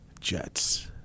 Jets